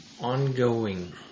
ongoing